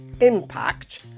impact